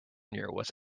was